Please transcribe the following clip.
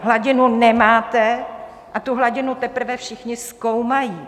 Hladinu nemáte, tu hladinu teprve všichni zkoumají.